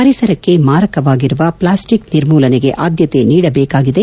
ಪರಿಸರಕ್ಕೆ ಮಾರಕವಾಗಿರುವ ಪ್ಲಾಸ್ಟಿಕ್ ನಿರ್ಮೂಲನೆಗೆ ಆದ್ಯತೆ ನೀಡಬೇಕಾಗಿದೆ